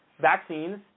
Vaccines